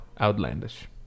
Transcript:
outlandish